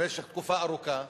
במשך תקופה ארוכה,